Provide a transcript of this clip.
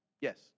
Yes